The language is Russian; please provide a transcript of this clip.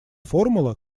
формула